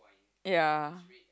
ya